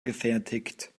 gefertigt